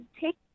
take